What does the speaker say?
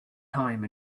time